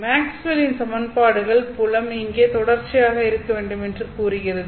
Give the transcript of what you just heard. மேக்ஸ்வெல்லின் Maxwell's சமன்பாடுகள் புலம் இங்கே தொடர்ச்சியாக இருக்க வேண்டும் என்று கூறுகிறது